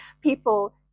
people